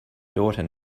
daughter